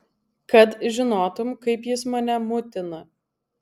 kad žinotum kaip jis mane mutina